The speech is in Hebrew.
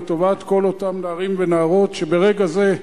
לטובת כל אותם נערים ונערות שברגע זה,